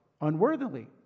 unworthily